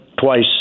twice